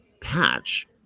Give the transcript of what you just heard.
patch